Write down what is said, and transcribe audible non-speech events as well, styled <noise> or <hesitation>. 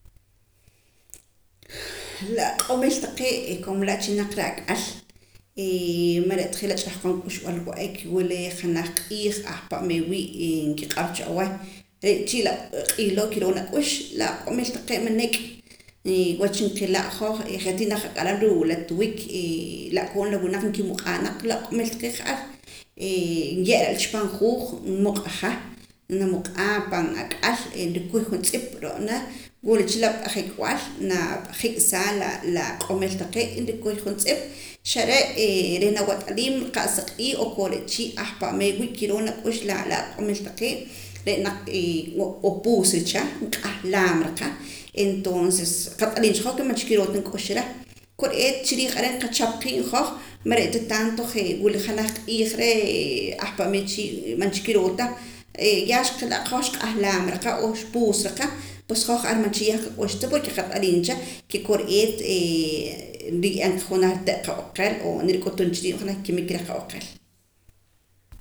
La aq'omil taqee' como laa' chilnaq reh ak'al <hesitation> man re' ta je' la cha'qon k'uxb'al wa'ak wula janaj q'iij ahpa' meer wii' nkiq'ar cha aweh re' chii' la q'iij loo' kiroo nak'ux la aq'omil taqee' manek wach nqila' hoj je' tii naqaq'aram hoj ruu' la tiwik la'koon la winaq nkimuq'aa naq la aq'omil taqee' ja'ar nye'ra cha pan juuj nmuq'aja namuq'aa pan ak'al nrikuy junstz'ip ro'na wula cha la p'ajeekb'al nap'ajiksaa aq'omil taqee' y nrikuy juntz'ip xare' reh nawat'aliim qa'sa q'iij o kore' chii' ahpa' meer wii' kiroo nak'ux la aq'omil taqee' re' naq n'oo puusra cha nq'ahlaam ra qa entonces qat'aliim cha hoj ke man cha kiroo ta nk'uxara kore'eet chiriij are' nqachap qiib' hoj manre' ta tanto je' wula janaj q'iij reh ahpa' meer chii' man cha kiroo ta ya xqa'la' qa hoj xq'ahlaam ra qa o xpuusra qa pues hoj ja'ar man cha yah nqak'ux ta porke qat'alim cha ke kore'eet <hesitation> nriye'em qa junaj rite' qab'aqel o nirik'utum cha riib' janaj kimik reh qab'aqel